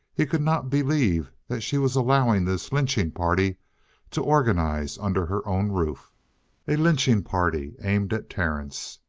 he could not believe that she was allowing this lynching party to organize under her own roof a lynching party aimed at terence.